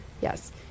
yes